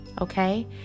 Okay